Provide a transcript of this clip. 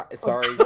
Sorry